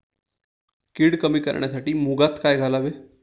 कीड कमी करण्यासाठी मुगात काय घालावे?